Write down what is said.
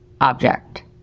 object